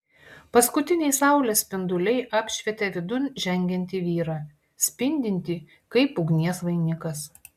paskutiniai saulės spinduliai apšvietė vidun žengiantį vyrą spindintį kaip ugnies vainikas